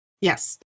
Yes